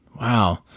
Wow